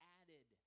added